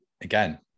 again